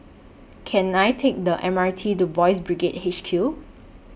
Can I Take The M R T to Boys' Brigade H Q